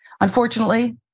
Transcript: Unfortunately